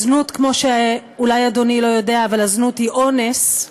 הזנות, כמו שאולי אדוני לא יודע, הזנות היא אונס.